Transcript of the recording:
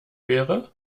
wäre